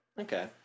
Okay